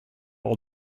will